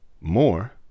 more